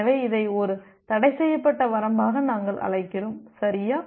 எனவே இதை ஒரு தடைசெய்யப்பட்ட வரம்பாக நாங்கள் அழைக்கிறோம் சரியா